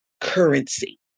currency